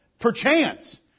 Perchance